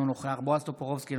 אינו נוכח בועז טופורובסקי,